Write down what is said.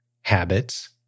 habits